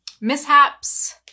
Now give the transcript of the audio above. mishaps